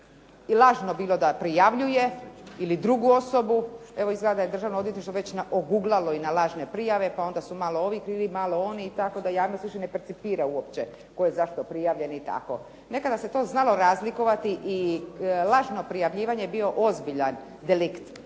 i lažno bilo da prijavljuje ili drugu osobu. Evo, izgleda da je Državno odvjetništvo već oguglalo i na lažne prijave pa onda su malo ovi krivi, malo oni i tako da javnost ne percipira uopće tko je za što prijavljen i tako. Nekada se to znalo razlikovati i lažno prijavljivanje je bio ozbiljan delikt